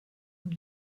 und